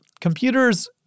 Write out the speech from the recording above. Computers